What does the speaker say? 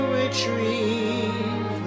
retrieve